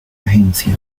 agencia